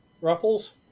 ruffles